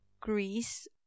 greece